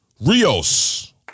Rios